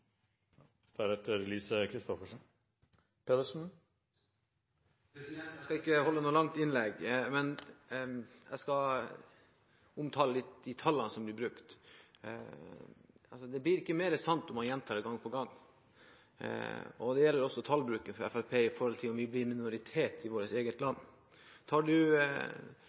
Jeg skal ikke holde noe langt innlegg, men jeg skal omtale litt de tallene som blir brukt. Det blir ikke mer sant om man gjentar noe gang på gang. Det gjelder også tallbruken fra Fremskrittspartiet om at vi blir minoritet i vårt eget land.